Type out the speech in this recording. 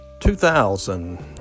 2000